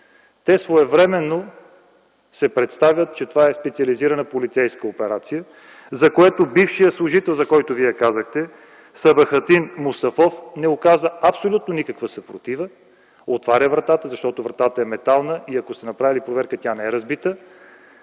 своевременно се представят, че това е специализирана полицейска операция, при което бившият служител, за който Вие казахте – Сабахатин Мустафов, не оказва абсолютно никаква съпротива, отваря вратата, защото вратата е метална и ако сте направили проверка, тя не е разбита,